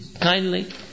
kindly